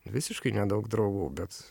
visiškai nedaug draugų bet